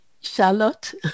Charlotte